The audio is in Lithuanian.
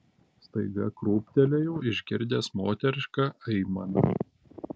staiga krūptelėjau išgirdęs moterišką aimaną